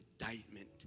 indictment